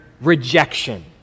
rejection